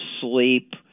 sleep